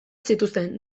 zituzten